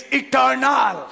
eternal।